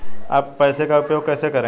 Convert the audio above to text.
आप पैसे का उपयोग कैसे करेंगे?